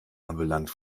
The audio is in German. anbelangt